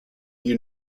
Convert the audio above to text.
you